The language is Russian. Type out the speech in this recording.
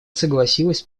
согласилась